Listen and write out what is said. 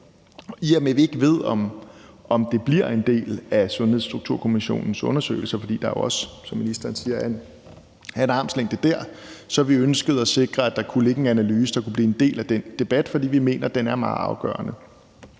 i og med at vi ikke ved, om det bliver en del af Sundhedsstrukturkommissionens undersøgelser, fordi der jo også, som ministeren siger, er en armslængde der, så har vi ønsket at sikre, at der kunne ligge en analyse, der kunne blive en del af den debat, fordi vi mener, at den er meget afgørende.